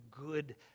good